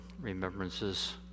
remembrances